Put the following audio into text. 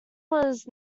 was